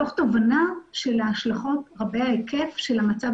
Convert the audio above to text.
מתוך תובנה של ההשלכות רבי ההיקף של המצב